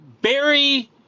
Barry